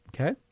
Okay